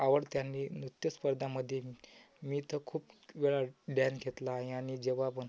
आवडते आणि नृत्यस्पर्धामध्ये मी तर खूप वेळा डॅन्स घेतला आहे आणि जेव्हा पण